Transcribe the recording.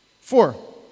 Four